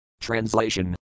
Translation